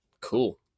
cool